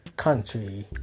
country